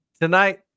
tonight